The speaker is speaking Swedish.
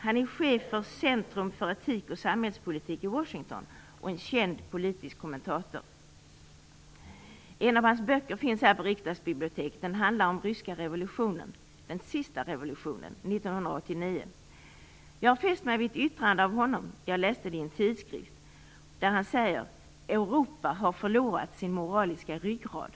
Han är chef för Centrum för etik och samhällspolitik i Washington och en känd politisk kommentator. En av hans böcker finns här på riksdagsbiblioteket. Den handlar om ryska revolutionen - Jag har fäst mig vid ett yttrande av honom. Jag läste det i en tidskrift. Han säger: Europa har förlorat sin moraliska ryggrad.